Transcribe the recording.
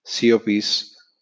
COPs